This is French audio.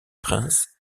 prince